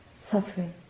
suffering